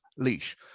leash